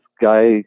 guy